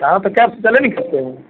हाँ तो कैब से